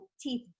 teeth